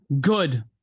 Good